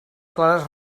clares